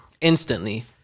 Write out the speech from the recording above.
instantly